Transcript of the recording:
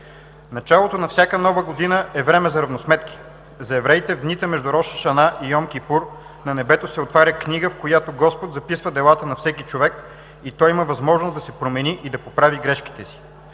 Началото на всяка нова година е време за равносметки. За евреите в дните между Рош а Шана и Йом Кипур на небето се отваря книга, в която Господ записва делата на всеки човек и той има възможност да се промени и да поправи грешките си.